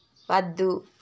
వద్దు